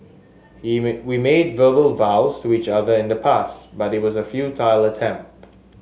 we made verbal vows to each other in the past but it was a futile attempt